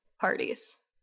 parties